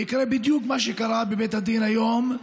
יקרה בדיוק מה שקרה בבית הדין היום,